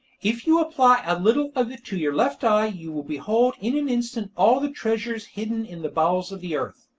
if you apply a little of it to your left eye you will behold in an instant all the treasures hidden in the bowels of the earth.